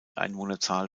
einwohnerzahl